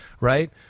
right